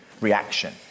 reaction